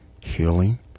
healing